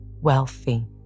wealthy